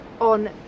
on